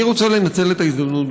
אני רוצה לנצל את ההזדמנות,